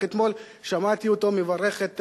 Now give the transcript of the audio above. רק אתמול שמעתי אותו מברך את